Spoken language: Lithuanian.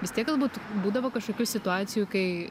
vis tiek galbūt būdavo kažkokių situacijų kai